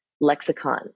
lexicon